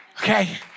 Okay